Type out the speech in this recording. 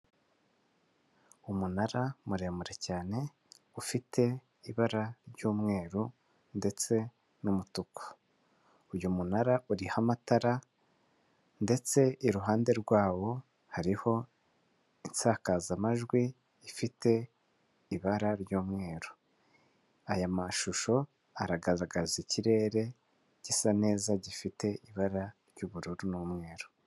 Umunara muremure cyane ufite ibara ry'umweru ndetse n'umutuku. Uyu munara uriho amatara ndetse iruhande rwawo hariho insakazamajwi ifite ibara ry'umweru. Aya mashusho aragaragaza ikirere gisa neza gifite ibara ry'ubururu n'umweru.